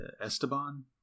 esteban